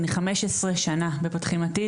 אני 15 שנה ב"פותחים עתיד",